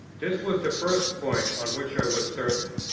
this was the first point on which i was certain.